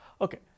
Okay